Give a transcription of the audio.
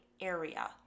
area